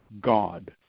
God